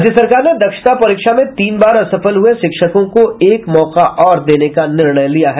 राज्य सरकार ने दक्षता परीक्षा में तीन बार असफल हुए शिक्षकों को एक मौका और देने का निर्णय लिया है